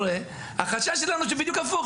החשש שלנו שבדיוק הפוך,